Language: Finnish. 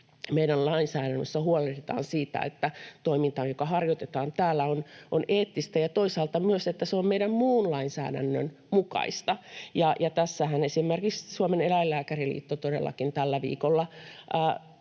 meidän lainsäädännössä huolehditaan siitä, että toiminta, jota harjoitetaan täällä, on eettistä ja toisaalta myös että se on meidän muun lainsäädännön mukaista. Tässähän esimerkiksi Suomen Eläinlääkäriliitto todellakin tällä viikolla